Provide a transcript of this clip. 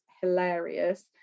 hilarious